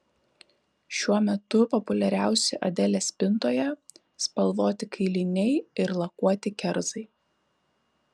šiuo metu populiariausi adelės spintoje spalvoti kailiniai ir lakuoti kerzai